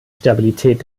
stabilität